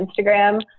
Instagram